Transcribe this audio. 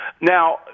Now